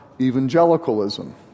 evangelicalism